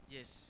Yes